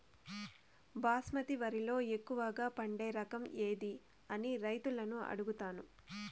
బాస్మతి వరిలో ఎక్కువగా పండే రకం ఏది అని రైతులను అడుగుతాను?